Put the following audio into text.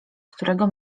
którego